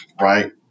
right